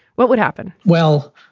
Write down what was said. what would happen? well,